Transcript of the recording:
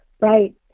Right